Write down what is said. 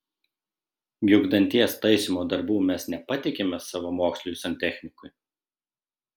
juk danties taisymo darbų mes nepatikime savamoksliui santechnikui